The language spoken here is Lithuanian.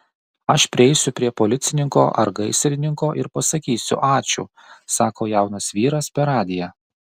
aš prieisiu prie policininko ar gaisrininko ir pasakysiu ačiū sako jaunas vyras per radiją